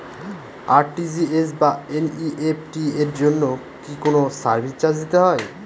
RTGS বা NEFT এর জন্য কি কোনো সার্ভিস চার্জ দিতে হয়?